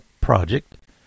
project